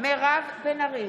מירב בן ארי,